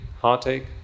heartache